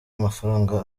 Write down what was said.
amafaranga